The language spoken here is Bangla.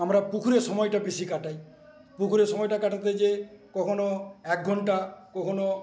আমরা পুকুরে সময়টা বেশি কাটাই পুকুরে সময়টা কাটাতে যে কখনও একঘণ্টা কখনও